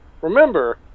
remember